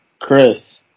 Chris